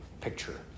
picture